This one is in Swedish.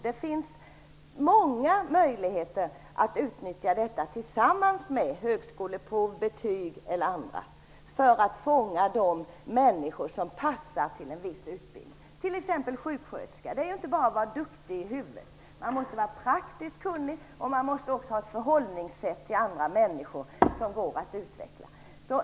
Det finns många möjligheter att utnyttja detta tillsammans med högskoleprov, betyg och annat, för att fånga de människor som passar för en viss utbildning. När det gäller sjuksköterskor t.ex. handlar det ju inte bara om att vara duktig i huvudet. Man måste vara praktiskt kunnig och ha ett förhållningssätt till andra människor som går att utveckla.